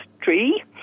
tree